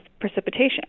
precipitation